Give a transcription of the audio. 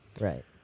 Right